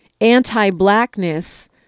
anti-blackness